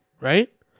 right